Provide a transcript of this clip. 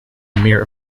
mayor